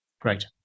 Great